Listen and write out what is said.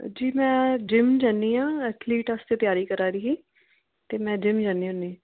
जी मैं जिम जन्नी आं एथलीट आस्तै तेआरी करा दी ही ते में जिम जन्नी होन्नी